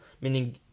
meaning